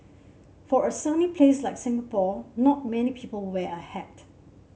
for a sunny place like Singapore not many people wear a hat